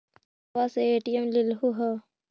बैंकवा से ए.टी.एम लेलहो है?